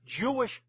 Jewish